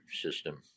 system